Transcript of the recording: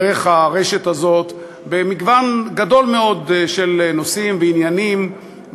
דרך הרשת הזאת במגוון גדול מאוד של נושאים ועניינים,